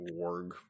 warg